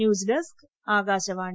news desk Akashvani